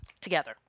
together